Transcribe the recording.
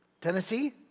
Tennessee